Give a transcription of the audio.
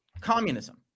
communism